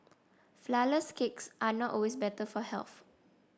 flourless cakes are not always better for health